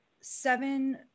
seven